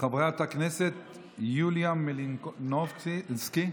חברת הכנסת יוליה מלינובסקי,